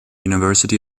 university